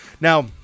Now